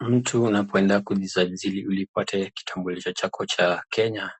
Mtu unapoenda kujisajili upate kitambulisho chako cha Kenya,